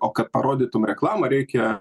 o kad parodytum reklamą reikia